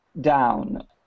down